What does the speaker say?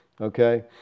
okay